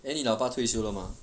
then 你老爸退休了吗